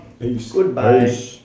Goodbye